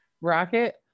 Rocket